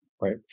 Right